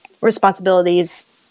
responsibilities